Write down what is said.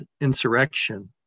insurrection